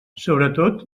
sobretot